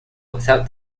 without